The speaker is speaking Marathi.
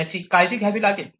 ज्याची काळजी घ्यावी लागेल